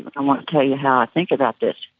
but i want to tell you how i think about this.